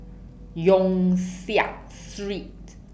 Yong Siak Street